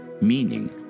Meaning